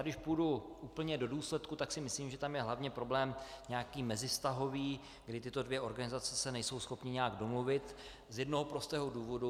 Když půjdu úplně do důsledku, tak si myslím, že tam je hlavně problém nějaký mezivztahový, kdy tyto dvě organizace nejsou schopny se nějak domluvit z jednoho prostého důvodu.